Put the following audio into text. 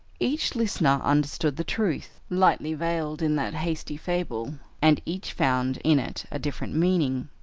each listener understood the truth, lightly veiled in that hasty fable, and each found in it a different meaning.